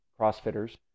CrossFitters